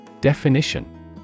Definition